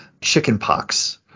chickenpox